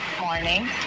morning